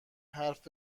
حرف